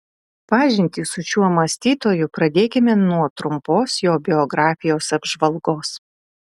pažintį su šiuo mąstytoju pradėkime nuo trumpos jo biografijos apžvalgos